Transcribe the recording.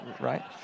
Right